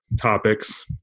topics